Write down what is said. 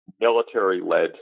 military-led